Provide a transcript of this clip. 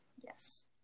Yes